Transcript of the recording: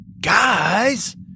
Guys